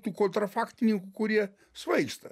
tų kontrafaktinių kurie svaigsta